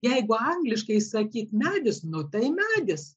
jeigu angliškai sakyti medis nu tai medis